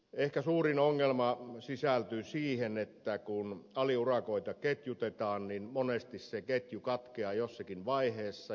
ehkä suurin ongelma sisältyy siihen että kun aliurakoita ketjutetaan monesti se ketju katkeaa jossakin vaiheessa